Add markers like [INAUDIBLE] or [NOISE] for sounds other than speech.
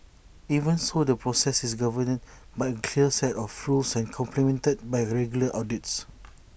even so the process is governed by clear set of rules and complemented by regular audits [NOISE]